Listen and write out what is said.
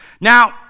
Now